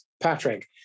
Patrick